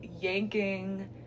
yanking